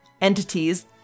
entities